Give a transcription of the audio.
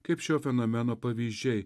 kaip šio fenomeno pavyzdžiai